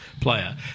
player